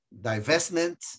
divestment